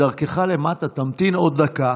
בדרכך למטה תמתין עוד דקה.